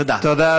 תודה.